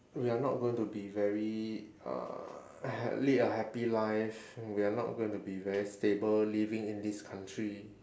we are not going to be very uh ha~ lead a happy life we are not going to be very stable living in this country